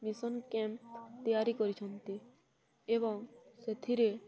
mission camp ତିଆରି କରିଛନ୍ତି ଏବଂ ସେଥିରେ